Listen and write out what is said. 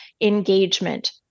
engagement